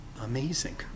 amazing